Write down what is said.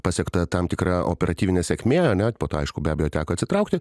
pasiekta tam tikra operatyvinė sėkmė ane po to aišku be abejo teko atsitraukti